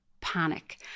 panic